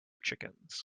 chickens